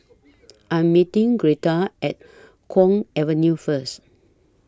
I Am meeting Greta At Kwong Avenue First